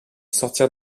sortir